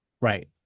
Right